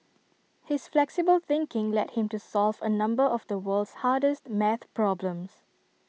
his flexible thinking led him to solve A number of the world's hardest math problems